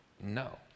no